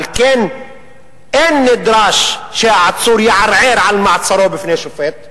על כן אין נדרש שהעצור יערער על מעצרו בפני שופט.